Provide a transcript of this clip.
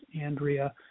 Andrea